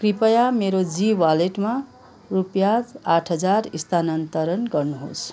कृपया मेरो जी वालेटमा रुपियाँ आठ हजार स्थानान्तरण गर्नुहोस्